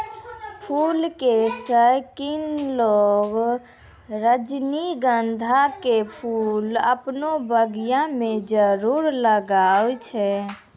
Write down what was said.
फूल के शौकिन लोगॅ रजनीगंधा के फूल आपनो बगिया मॅ जरूर लगाय छै